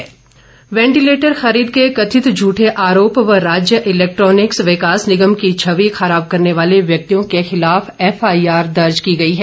ventilator खरीद FIR ventilator खरीद के कथित झूठे आरोप व राज्य इलैक्ट्रॉनिक्स विकास निगम की छवि खराब करने वाले व्यक्तियों के खिलाफ एफआईआर दर्ज की गई है